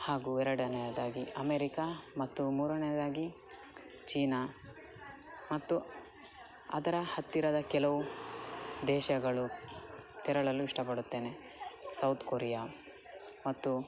ಹಾಗೂ ಎರಡನೇಯದಾಗಿ ಅಮೇರಿಕಾ ಮತ್ತು ಮೂರನೇಯದಾಗಿ ಚೀನ ಮತ್ತು ಅದರ ಹತ್ತಿರದ ಕೆಲವು ದೇಶಗಳು ತೆರಳಲು ಇಷ್ಟ ಪಡುತ್ತೇನೆ ಸೌತ್ ಕೊರಿಯ ಮತ್ತು